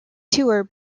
tour